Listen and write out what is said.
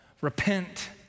repent